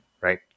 right